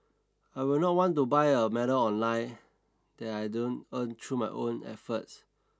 I will not want to buy a medal online that I don't earn through my own efforts